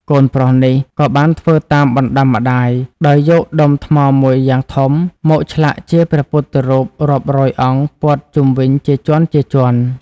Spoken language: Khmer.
កូនប្រុសនេះក៏បានធ្វើតាមបណ្ដាំម្ដាយ ដោយយកដុំថ្មមួយយ៉ាងធំមកឆ្លាក់ជាព្រះពុទ្ធរូបរាប់រយអង្គព័ទ្ធជុំវិញជាជាន់ៗ។